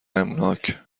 غمناک